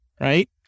right